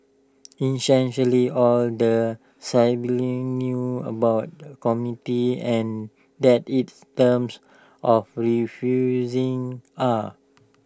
essentially all the siblings knew about the committee and that its terms of referring are